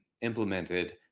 implemented